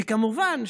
וכמובן,